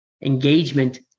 engagement